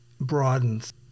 broadens